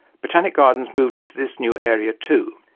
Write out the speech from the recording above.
botanic gardens moved into this new area too,